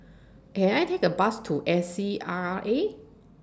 Can I Take A Bus to A C R A